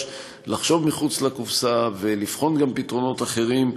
לחשוב מחוץ לקופסה ולבחון גם פתרונות אחרים.